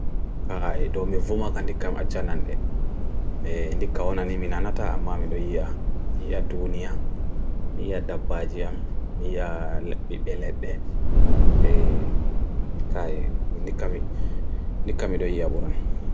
kaya do mifumakan di kam achanan de indi ka onan nimi nanata ama mido hiya hiya dunia hiya da bajia hiya bipya let de kaya indi kam indi kam mido hiya buran